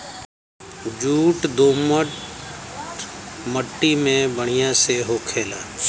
jute दोमट मट्टी में बढ़िया से होखेला